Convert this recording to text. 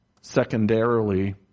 secondarily